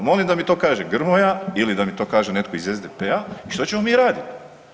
Molim da mi to kaže Grmoja ili da mi to kaže netko iz SDP-a i što ćemo mi radit.